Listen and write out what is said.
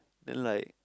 then like